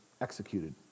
executed